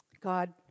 God